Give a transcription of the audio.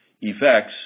effects